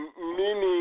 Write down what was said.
Meaning